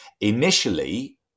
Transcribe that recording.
initially